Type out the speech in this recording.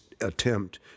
attempt